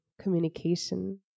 communication